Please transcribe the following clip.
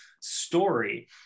story